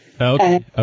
Okay